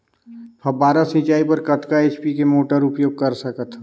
फव्वारा सिंचाई बर कतका एच.पी के मोटर उपयोग कर सकथव?